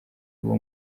uwo